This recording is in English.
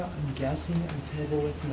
guessing, and i'm terrible with